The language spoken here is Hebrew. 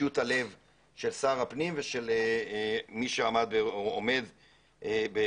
הלב של שר הפנים ושל מי שעמד או עומד בראש,